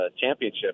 championship